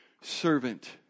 servant